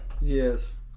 Yes